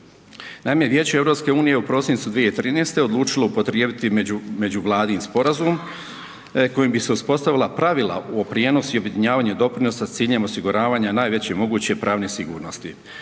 Naime, Vijeće EU u prosincu 2013. odlučilo upotrijebiti međuvladin sporazum kojim bi se uspostavila pravila u prijenosu i objedinjavanje doprinosa s ciljem osiguravanja najveće moguće pravne sigurnosti.